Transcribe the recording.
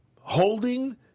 holding –